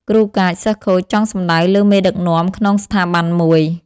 គ្រូកាច សិស្សខូច ចង់សំដៅលើមេដឹកនាំក្នុងស្ថាប័នមួយ។